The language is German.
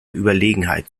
überlegenheit